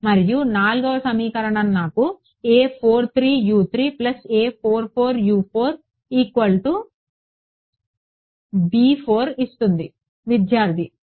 మరియు 4వ సమీకరణం నాకు ఇస్తుంది విద్యార్థి ప్లస్ 0